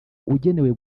ugenewe